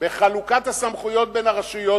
בחלוקת הסמכויות בין הרשויות,